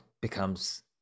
becomes